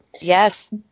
Yes